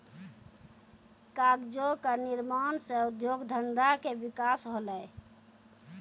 कागजो क निर्माण सँ उद्योग धंधा के विकास होलय